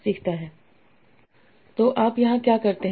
तो आप यहाँ क्या करते हैं